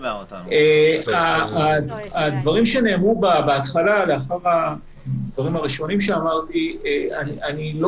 הדברים שנאמרו לאחר הדברים שאמרתי לכם אני לא